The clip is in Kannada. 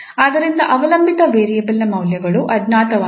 ಆದ್ದರಿಂದ ಅವಲಂಬಿತ ವೇರಿಯೇಬಲ್ನ ಮೌಲ್ಯಗಳು ಅಜ್ಞಾತವಾಗಿದೆ